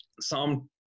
Psalm